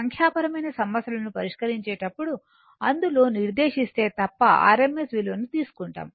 సంఖ్యా పరమైన సమస్యలను పరిష్కరించేటప్పుడు అందులో నిర్దేశిస్తే తప్ప rms విలువను తీసుకుంటాము